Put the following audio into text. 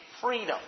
freedom